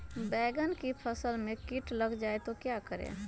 बैंगन की फसल में कीट लग जाए तो क्या करें?